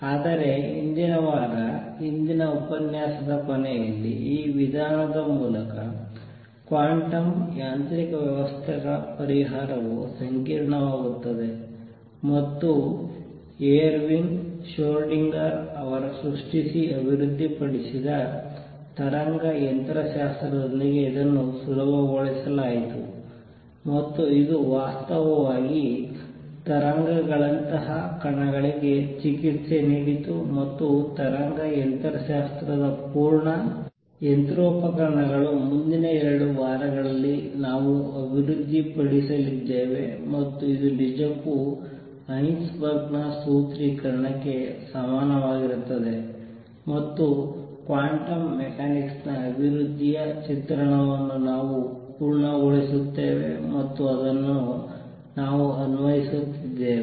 ಆದರೆ ಹಿಂದಿನ ವಾರ ಹಿಂದಿನ ಉಪನ್ಯಾಸದ ಕೊನೆಯಲ್ಲಿ ಈ ವಿಧಾನದ ಮೂಲಕ ಕ್ವಾಂಟಮ್ ಯಾಂತ್ರಿಕ ವ್ಯವಸ್ಥೆಗಳ ಪರಿಹಾರವು ಸಂಕೀರ್ಣವಾಗುತ್ತದೆ ಮತ್ತು ಎರ್ವಿನ್ ಶ್ರೋಡಿಂಗರ್ ರವರು ಸೃಷ್ಠಿಸಿ ಅಭಿವೃದ್ಧಿಪಡಿಸಿದ ತರಂಗ ಯಂತ್ರಶಾಸ್ತ್ರದೊಂದಿಗೆ ಇದನ್ನು ಸುಲಭಗೊಳಿಸಲಾಯಿತು ಮತ್ತು ಇದು ವಾಸ್ತವವಾಗಿ ತರಂಗಗಳಂತಹ ಕಣಗಳಿಗೆ ಚಿಕಿತ್ಸೆ ನೀಡಿತು ಮತ್ತು ತರಂಗ ಯಂತ್ರಶಾಸ್ತ್ರದ ಪೂರ್ಣ ಯಂತ್ರೋಪಕರಣಗಳು ಮುಂದಿನ 2 ವಾರಗಳಲ್ಲಿ ನಾವು ಅಭಿವೃದ್ಧಿಪಡಿಸಲಿದ್ದೇವೆ ಮತ್ತು ಇದು ನಿಜಕ್ಕೂ ಹೈಸೆನ್ಬರ್ಗ್ ನ ಸೂತ್ರೀಕರಣಕ್ಕೆ ಸಮನಾಗಿರುತ್ತದೆ ಮತ್ತು ಕ್ವಾಂಟಮ್ ಮೆಕ್ಯಾನಿಕ್ಸ್ ನ ಅಭಿವೃದ್ಧಿಯ ಚಿತ್ರಣವನ್ನು ನಾವು ಪೂರ್ಣಗೊಳಿಸುತ್ತೇವೆ ಮತ್ತು ಅದನ್ನು ನಾವು ಅನ್ವಯಿಸುತ್ತಿದ್ದೇವೆ